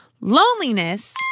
loneliness